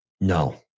No